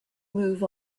move